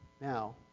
Now